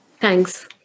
Thanks